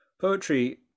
poetry